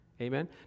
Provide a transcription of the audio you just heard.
Amen